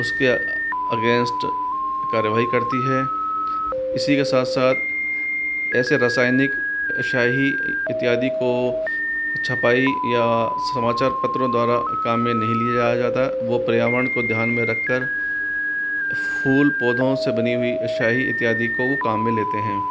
उसके अगेंस्ट कार्यवाही करती है इसी के साथ साथ ऐसे रासायनिक स्याही इत्यादि को छपाई या समाचार पत्रों द्वारा काम में नही लिया जाता वो पर्यावरण को ध्यान में रखकर फूल पौधों से बनी हुई स्याही इत्यादि को वो काम में लेते हैं